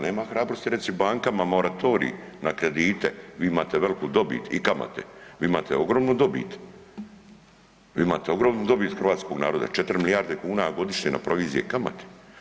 Nema hrabrosti reći bankama moratorij na kredite, vi imate veliku dobit i kamate, vi imate ogromnu dobit, vi imate ogromnu dobit hrvatskog naroda, 4 milijarde kuna godišnje na provizije i kamate.